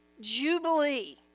jubilee